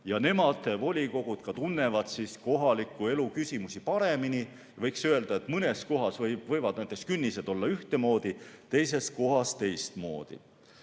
Nemad, volikogud, ka tunnevad kohaliku elu küsimusi paremini. Võiks öelda, et mõnes kohas võivad need künnised olla ühtemoodi, teises kohas teistmoodi.